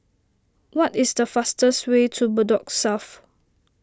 what is the fastest way to Bedok South